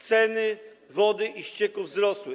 Ceny wody i ścieków wzrosły.